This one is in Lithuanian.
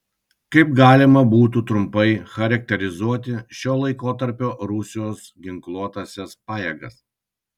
kaip galima būtų trumpai charakterizuoti šio laikotarpio rusijos ginkluotąsias pajėgas